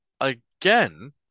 again